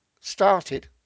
started